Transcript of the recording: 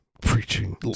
preaching